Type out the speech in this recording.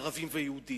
בין ערבים ויהודים,